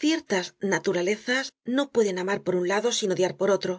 content from google book search generated at ciertas naturalezas no pueden amar por un lado sin odiar por otro